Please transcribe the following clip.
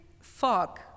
fog